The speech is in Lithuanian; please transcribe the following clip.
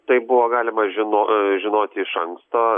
tai buvo galima žino žinoti iš anksto